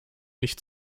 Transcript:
nicht